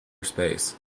space